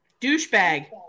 Douchebag